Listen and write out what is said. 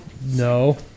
no